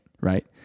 right